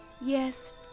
Yes